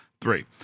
three